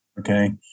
Okay